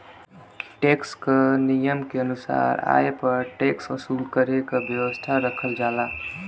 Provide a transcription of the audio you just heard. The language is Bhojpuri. टैक्स क नियम के अनुसार आय पर टैक्स वसूल करे क व्यवस्था रखल जाला